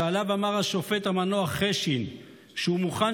שעליו אמר השופט המנוח חשין שהוא מוכן